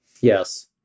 Yes